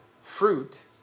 fruit